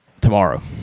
tomorrow